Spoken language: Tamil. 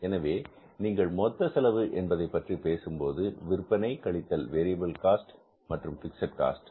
எனவே நீங்கள் மொத்த செலவு என்பதை பற்றி பேசும் போது விற்பனை கழித்தல் வேரியபில் காஸ்ட் மற்றும் பிக்ஸட் காஸ்ட்